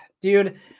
dude